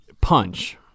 punch